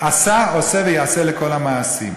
עשה עושה ויעשה לכל המעשים.